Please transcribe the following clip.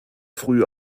früh